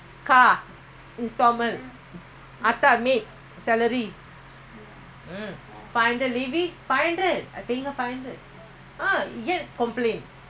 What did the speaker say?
five hundred yet complain five hundred ah ah five hundred given how much one month expenses you know a not don't know ah some more